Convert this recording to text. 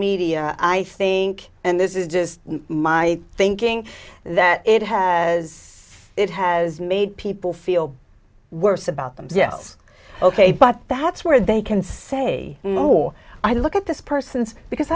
media i think and this is just my thinking that it has it has made people feel worse about themselves ok but that's where they can say for i look at this person's because